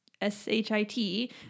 S-H-I-T